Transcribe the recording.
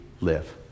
live